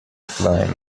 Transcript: client